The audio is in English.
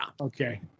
Okay